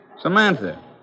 Samantha